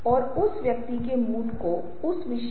मैं कुछ प्रकार के समूह पर चर्चा करूंगा